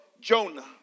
Jonah